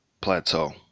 plateau